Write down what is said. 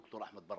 ד"ר אחמד ברק.